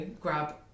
grab